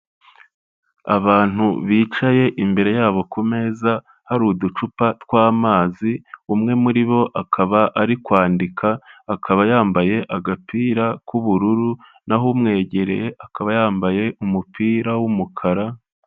Abantu bicaye imbere yabo ku meza hari uducupa tw'amazi, umwe muri bo akaba ari kwandika, akaba yambaye agapira k'ubururu, naho umwegereye akaba yambaye umupira w'umukara...